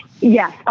Yes